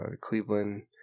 Cleveland –